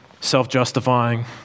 self-justifying